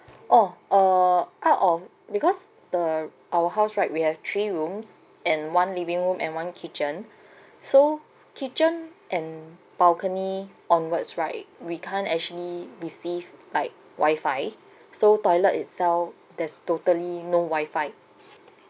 oh uh out of because the our house right we have three rooms and one living room and one kitchen so kitchen and balcony onwards right we can't actually receive like wifi so toilet itself there's totally no Wi-Fi